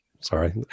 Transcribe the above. sorry